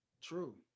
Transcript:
true